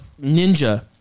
Ninja